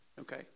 Okay